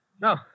No